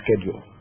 schedule